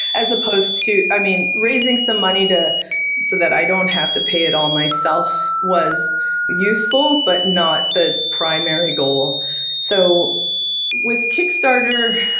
as opposed to i mean, raising some money so that i don't have to pay it all myself was useful, but not the primary goal so with kickstarter,